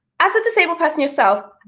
as a disabled person yourself,